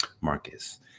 Marcus